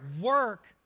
work